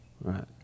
Right